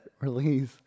Release